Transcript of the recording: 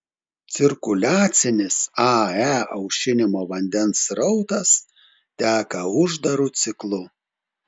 cirkuliacinis ae aušinimo vandens srautas teka uždaru ciklu